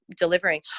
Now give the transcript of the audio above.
delivering